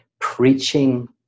preaching